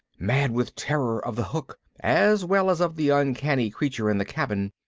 mad with terror of the hook as well as of the uncanny creature in the cabin,